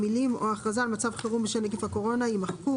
המילים "או הכרזה על מצב חירום בשל נגיף הקורונה" יימחקו,